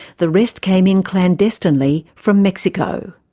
the rest came in clandestinely from mexico.